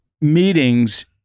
meetings